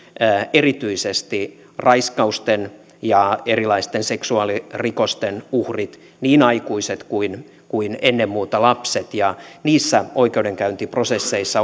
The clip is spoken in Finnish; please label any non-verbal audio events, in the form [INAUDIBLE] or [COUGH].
erityisesti raiskausten ja erilaisten seksuaalirikosten uhrit niin aikuiset kuin kuin ennen muuta lapset niissä oikeudenkäyntiprosesseissa [UNINTELLIGIBLE]